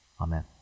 Amen